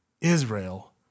Israel